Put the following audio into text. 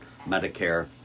Medicare